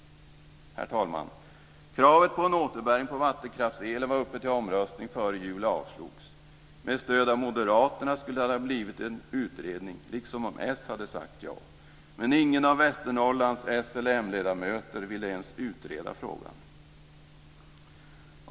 Herr talman! Kravet på en återbäring på vattenkraftselen var uppe till omröstning före jul och avslogs. Med stöd av Moderaterna skulle det ha blivit en utredning, liksom om Socialdemokraterna hade sagt ja. Men ingen av Västernorrlands s eller mledamöter ville ens utreda frågan.